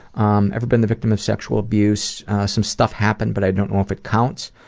um ever been the victim of sexual abuse some stuff happened but i don't know if it counts.